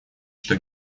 что